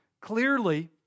Clearly